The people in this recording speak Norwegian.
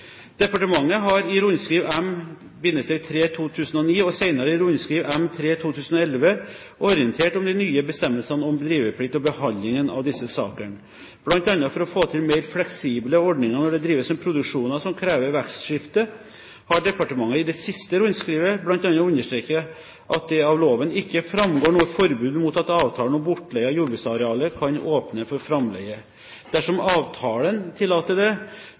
Departementet har i rundskriv M-3/2009, og senere i rundskriv M-3/2011, orientert om de nye bestemmelsene om driveplikt og behandlingen av disse sakene. Blant annet for å få til mer fleksible ordninger når det drives med produksjoner som krever vekstskifte, har departementet i det siste rundskrivet bl.a. understreket at det av loven ikke framgår noe forbud mot at avtalen om bortleie av jordbruksarealet kan åpne for framleie. Dersom avtalen tillater det,